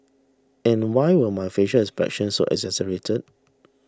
and why were my facial expressions so exaggerated